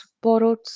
borrowed